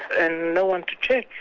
and no-one to check,